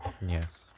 Yes